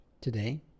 Today